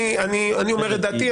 אני אומר את דעתי.